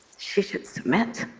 she should submit.